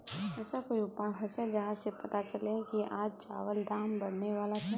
ऐसा कोई उपाय होचे जहा से पता चले की आज चावल दाम बढ़ने बला छे?